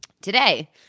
Today